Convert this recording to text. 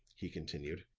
he continued.